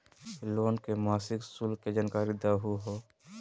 Loan के मासिक शुल्क के जानकारी दहु हो?